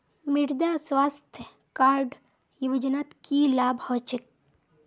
मृदा स्वास्थ्य कार्ड योजनात की लाभ ह छेक